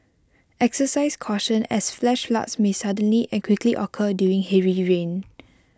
exercise caution as flash floods may suddenly and quickly occur during heavy rain